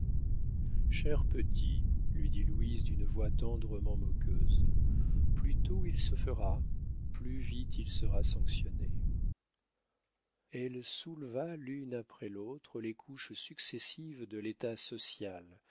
cher petit lui dit louise d'une voix tendrement moqueuse plus tôt il se fera plus vite il sera sanctionné elle souleva l'une après l'autre les couches successives de l'état social